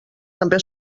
també